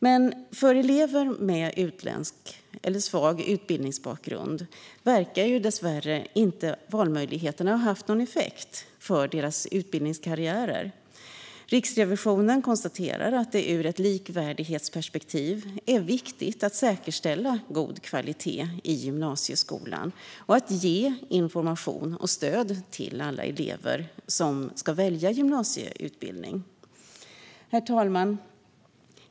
Men för elever med utländsk eller svag utbildningsbakgrund verkar dessvärre valmöjligheterna inte ha haft någon effekt för utbildningskarriären. Riksrevisionen konstaterar att det ur ett likvärdighetsperspektiv är viktigt att säkerställa god kvalitet i gymnasieskolan och att ge information och stöd till alla elever som ska välja gymnasieutbildning. Herr talman!